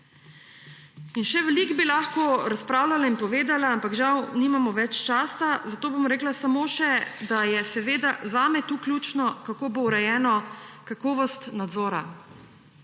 In še veliko bi lahko razpravljala in povedala, ampak žal nimamo več časa. Zato bom rekla samo še, da je seveda zame tu ključno, kako bo urejena kakovost nadzora.